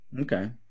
Okay